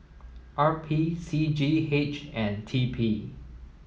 R P C G H and T P